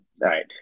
right